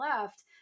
left